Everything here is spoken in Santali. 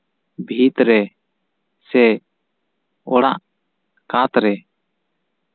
ᱵᱷᱤᱛᱨᱮ ᱥᱮ ᱚᱲᱟᱜ ᱠᱟᱛᱨᱮ